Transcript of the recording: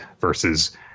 versus